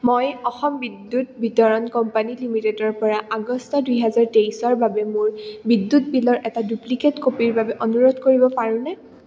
মই অসম বিদ্যুৎ বিতৰণ কোম্পানী লিমিটেডৰপৰা আগষ্ট দুহেজাৰ তেইছৰ বাবে মোৰ বিদ্যুৎ বিলৰ এটা ডুপ্লিকেট কপিৰ বাবে অনুৰোধ কৰিব পাৰোঁনে